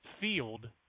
field